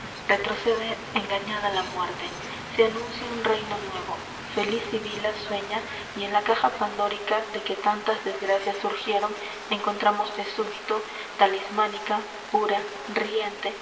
retrocede engañada la muerte se anuncia un reino nuevo feliz sibila sueña y en la caja pandórica de que tantas desgracias surgieron encontramos de súbito talismánica pura riente